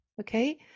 okay